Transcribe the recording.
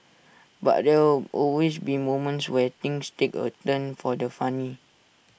but there will always be moments where things take A turn for the funny